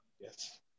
Yes